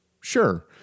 sure